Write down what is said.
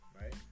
right